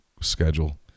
schedule